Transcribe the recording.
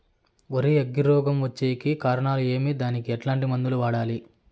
వరి అగ్గి రోగం వచ్చేకి కారణాలు ఏమి దానికి ఎట్లాంటి మందులు వాడాలి?